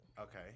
Okay